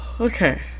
okay